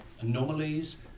anomalies